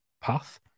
path